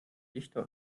dichter